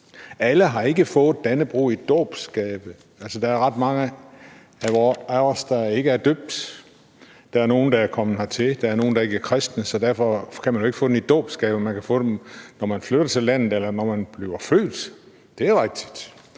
Alle har ikke fået Dannebrog i dåbsgave. Der er ret mange af os, der ikke er døbt. Der er nogle, der er kommet hertil. Der er nogle, der ikke er kristne. Så derfor kan man jo ikke få det i dåbsgave. Man kan få det, når man flytter til landet, eller når man bliver født. Det er rigtigt.